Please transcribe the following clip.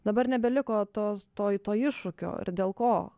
dabar nebeliko tos to to iššūkio ir dėl ko